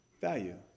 Value